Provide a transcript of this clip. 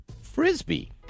Frisbee